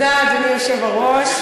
אדוני היושב-ראש,